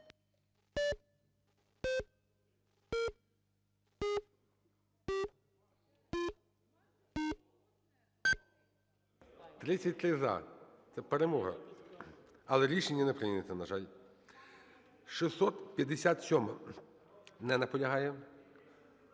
За-33 Це перемога, але рішення не прийнято, на жаль. 657-а. Не наполягає.